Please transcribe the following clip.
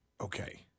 Okay